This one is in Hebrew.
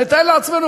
נתאר לעצמנו,